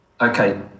Okay